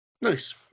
Nice